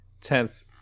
Tenth